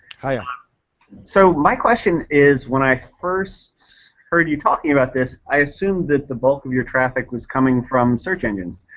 ah so my question is when i first heard you talking about this i assume that the bulk of your traffic was coming from search engines.